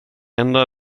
enda